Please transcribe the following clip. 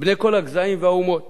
בני כל הגזעים והאומות